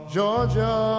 Georgia